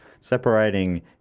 separating